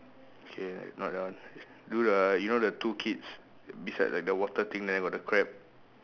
K not that one do the you know the two kids beside like the water thing there got the crab